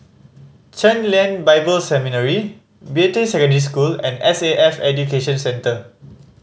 Chen Lien Bible Seminary Beatty Secondary School and S A F Education Center